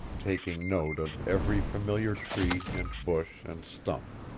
taking note of every familiar tree and bush and stump.